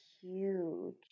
huge